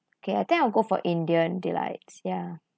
okay I think I will go for indian delights ya